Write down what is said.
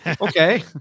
okay